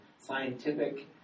scientific